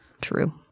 True